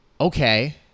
Okay